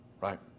right